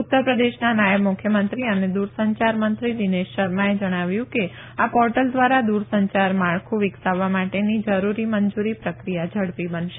ઉત્તર પ્રદેશના નાયબ મુખ્યમંત્રી અને દુરસંચાર મંત્રી દિનેશ શર્માએ જણાવ્યું કે આ પોર્ટલ દ્વારા દુર સંચાર માળખું વિકસાવવા માટેની જરૂરી મંજુરી પ્રક્રિયા ઝડપી બનશે